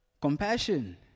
Compassion